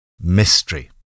Mystery